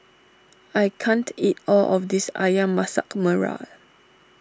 I can't eat all of this Ayam Masak Merah